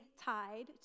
tied